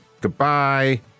Goodbye